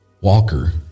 Walker